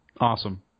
Awesome